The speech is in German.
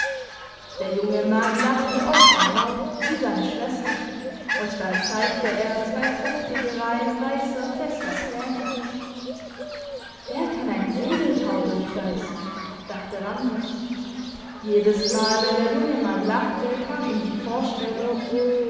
der junge mann lachte oft und laut wie seine schwester und dann zeigte er zwei prächtige reihen weisser fester zähne der kann ein segeltau durchbeissen dachte randers jedesmal wenn der junge mann lachte kam ihm die vorstellung